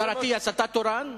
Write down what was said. השר אטיאס, אתה תורן?